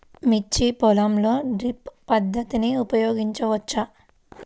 మిర్చి పొలంలో డ్రిప్ పద్ధతిని ఉపయోగించవచ్చా?